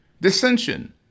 dissension